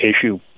issue